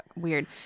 weird